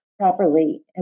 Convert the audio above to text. properly